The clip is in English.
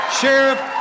Sheriff